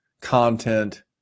content